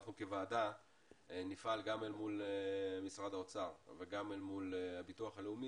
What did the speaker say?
אנחנו כוועדה נפעל גם אל מול משרד האוצר וגם אל מול הביטוח הלאומי